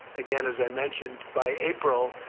again, as i mentioned by april,